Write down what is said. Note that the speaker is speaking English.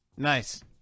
Nice